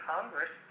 Congress